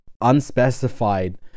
unspecified